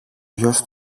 γιος